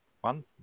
one